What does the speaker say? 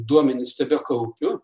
duomenis tebekaupiu